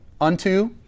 unto